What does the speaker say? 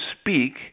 speak